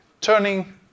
turning